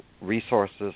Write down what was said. resources